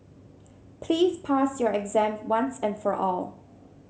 please pass your exam once and for all